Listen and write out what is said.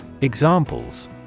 Examples